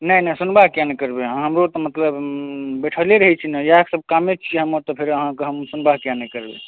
नहि नहि सुनबाहि किएक नहि करबै हम हमरहुँ तऽ मतलब बैठले रहै छी न इएह सभ कामे छी हमर तऽ फेर अहाँके हम सुनबाहि किएक नहि करबै